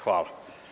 Hvala.